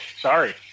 sorry